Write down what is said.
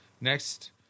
next